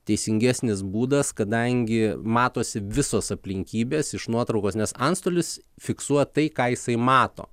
teisingesnis būdas kadangi matosi visos aplinkybės iš nuotraukos nes antstolis fiksuoja tai ką jisai mato